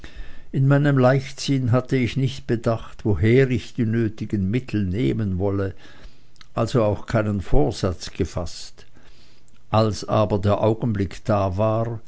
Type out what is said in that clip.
in meinem leichtsinn hatte ich nicht bedacht woher ich die nötigen mittel nehmen wolle also auch keinen vorsatz gefaßt als aber der augenblick da war